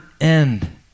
end